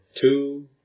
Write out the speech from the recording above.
two